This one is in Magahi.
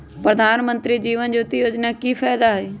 प्रधानमंत्री जीवन ज्योति योजना के की फायदा हई?